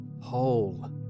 whole